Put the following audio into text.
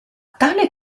tale